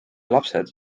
lapsed